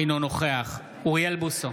אינו נוכח אוריאל בוסו,